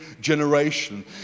generation